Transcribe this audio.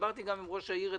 דיברתי אתמול גם עם ראש העיר.